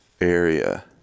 area